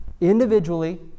individually